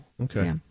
okay